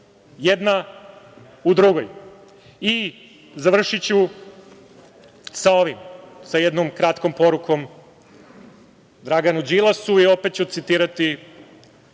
jedna u drugoj.I završiću sa ovim, sa jednom kratkom porukom Draganu Đilasu i opet ću citirati,